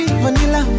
vanilla